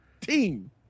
team